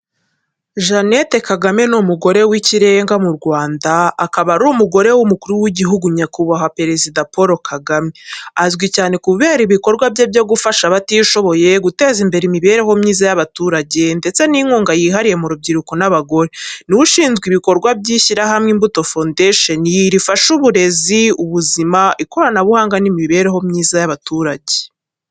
Jeanette Kagame ni umugore w’ikirenga mu Rwanda, akaba ari umugore w’Umukuru w’Igihugu, Nyakubahwa Perezida Paul Kagame. Azwi cyane kubera ibikorwa bye byo gufasha abatishoboye, guteza imbere imibereho myiza y’abaturage, ndetse n’inkunga yihariye ku rubyiruko n’abagore. Ni we ushinzwe ibikorwa by’ishyirahamwe “Imbuto Foundation”, rifasha mu burezi, ubuzima, ikoranabuhanga n’imibereho myiza y’abaturage.